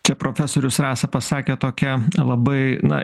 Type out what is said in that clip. čia profesorius rasa pasakė tokią labai na